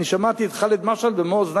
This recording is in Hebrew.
אני שמעתי את ח'אלד משעל במו אוזני